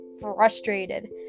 frustrated